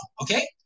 okay